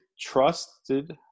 trusted